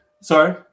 Sorry